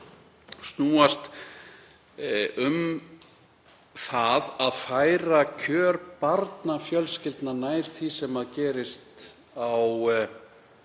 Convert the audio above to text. snúast um að færa kjör barnafjölskyldna nær því sem gerist á